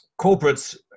corporates